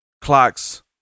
clocks